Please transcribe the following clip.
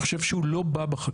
ואני חושב שהוא לא בחקיקה.